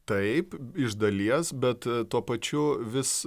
taip iš dalies bet tuo pačiu vis